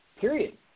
Period